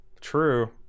true